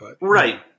Right